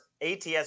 ats